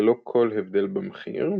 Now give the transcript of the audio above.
ללא כל הבדל במחיר,